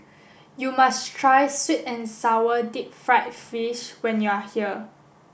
you must try sweet and sour deep fried fish when you are here